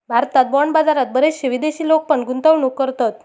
भारतात बाँड बाजारात बरेचशे विदेशी लोक पण गुंतवणूक करतत